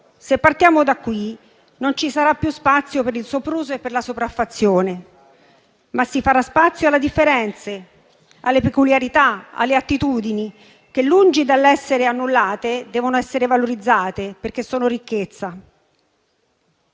Se partiamo da qui, non ci sarà più spazio per il sopruso e per la sopraffazione, ma si farà spazio alle differenze, alle peculiarità, alle attitudini, che lungi dall'essere annullate devono essere valorizzate, perché sono ricchezza.